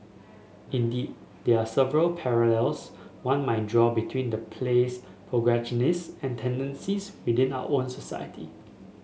indeed there are several parallels one might draw between the play's protagonist and tendencies within our own society